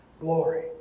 glory